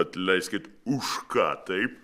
atleiskit už ką taip